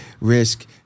risk